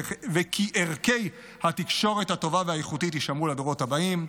וכי ערכי התקשורת הטובה והאיכותית יישמרו לדורות הבאים.